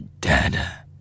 dead